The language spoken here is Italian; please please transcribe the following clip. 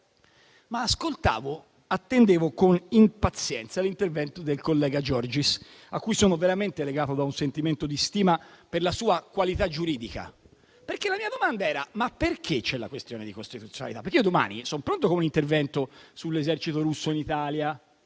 Attendevo con impazienza l'intervento del collega Giorgis, a cui sono veramente legato da un sentimento di stima per la sua qualità giuridica. La mia domanda era: perché c'è la questione di costituzionalità? Perché allora domani sono pronto con un intervento sull'esercito russo in Italia,